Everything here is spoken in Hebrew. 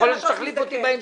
יכול להיות שתחליף אותי בהמשך,